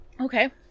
Okay